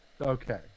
okay